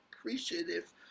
appreciative